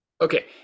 Okay